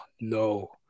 no